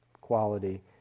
quality